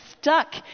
stuck